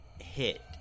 hit